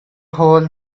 hole